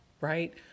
right